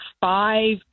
five